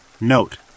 Note